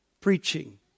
preaching